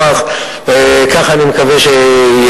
ואחר כך שמים